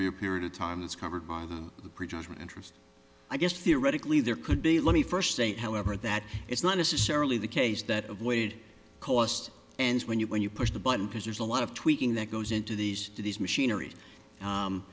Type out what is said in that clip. be a period of time that's covered on the pre judgment interest i guess theoretically there could be let me first say however that it's not necessarily the case that avoided cost ends when you when you push the button because there's a lot of tweaking that goes into these these machiner